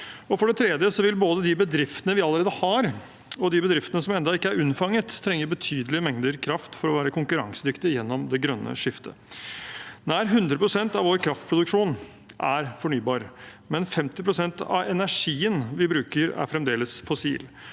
For det tredje vil både de bedriftene vi allerede har, og de bedriftene som ennå ikke er unnfanget, trenge betydelige mengder kraft for å være konkurransedyktige gjennom det grønne skiftet. Nær 100 pst. av vår kraftproduksjon er fornybar, men 50 pst. av energien vi bruker, er fremdeles fossil.